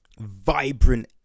vibrant